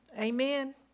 Amen